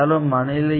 આ વિકલ્પો હોઈ શકે છે